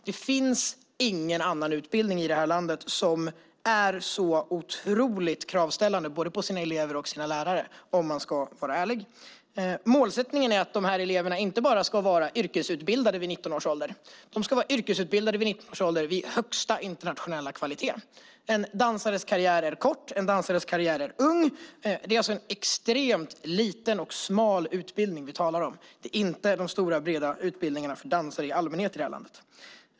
Det finns ingen annan utbildning i det här landet som ställer så otroligt höga krav på både sina elever och sina lärare, om man ska vara ärlig. Målsättningen är att eleverna inte bara ska vara yrkesutbildade vid 19 års ålder, utan de ska vara yrkesutbildade vid 19 års ålder med högsta internationella kvalitet. En dansares karriär är kort, och en dansares karriär är ung. Det är alltså en extremt liten och smal utbildning vi talar om. Det är inte de stora och breda utbildningarna för dansare i allmänhet i det här landet.